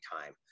time